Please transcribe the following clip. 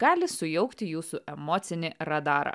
gali sujaukti jūsų emocinį radarą